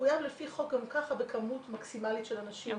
מחויב לפי חוק גם ככה בכמות מקסימלית של אנשים.